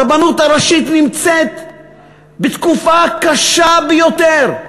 הרבנות הראשית נמצאת בתקופה קשה ביותר.